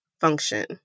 function